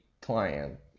client